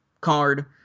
card